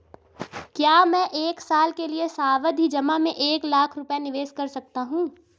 क्या मैं एक साल के लिए सावधि जमा में एक लाख रुपये निवेश कर सकता हूँ?